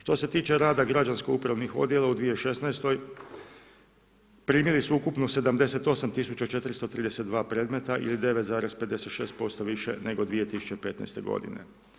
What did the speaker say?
Što se tiče rada građansko-upravnih odjela u 2016. primili su ukupno 78432 predmeta, ili 9,56% više nego 2015. godine.